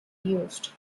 used